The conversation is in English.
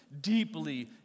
deeply